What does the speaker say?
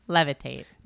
Levitate